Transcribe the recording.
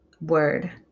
Word